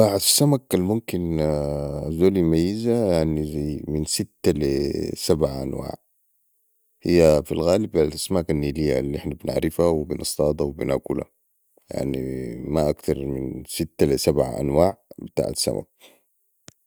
أنواع السمك الممكن الزول يميزا يعني زي من سته لي سبعة انواع هي في الغالب الاسماك النيليه النحنا بنعرفا وبنصطاده وبناكولايعني ما اكتر من سته لي سبعة انواع بتاعت سمك